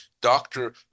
doctor